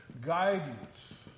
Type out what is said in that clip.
guidance